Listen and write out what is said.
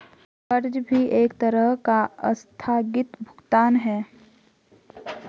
कर्ज भी एक तरह का आस्थगित भुगतान है